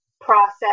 process